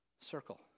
circle